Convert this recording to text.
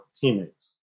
teammates